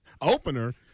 Opener